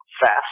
fast